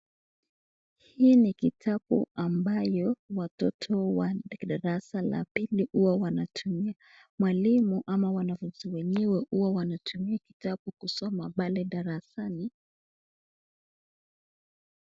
Hii ni kitabu ambayo watoto wa darasa la pili huwa wanatumia. Mwalimu ama wanafunzi wenyewe huwa wanatumia kitabu kusoma pale darasani.